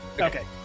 okay